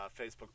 Facebook